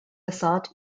assault